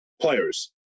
players